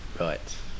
Right